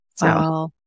Wow